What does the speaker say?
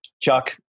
Chuck